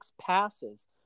passes